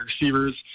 receivers